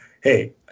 Hey